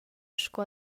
sco